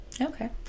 Okay